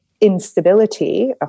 instability